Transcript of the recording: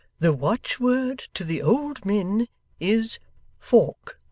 the watch-word to the old min is fork